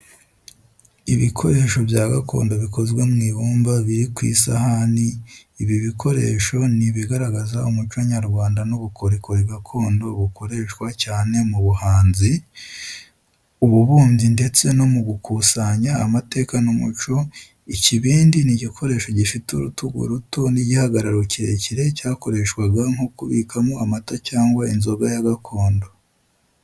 Ibikoresho bya gakondo bikozwe mu ibumba biri ku isahani ibi bikoresho ni ibigaragaza umuco nyarwanda n’ubukorikori gakondo bukoreshwa cyane mu buhanzi, ububumbyi, ndetse no mu gukusanya amateka n’umuco. Icyibindi ni igikoresho gifite urutugu ruto n'igihagararo kirekire cyakoreshwaga nko kubikamo amata cyangwa inzoga ya gakondo.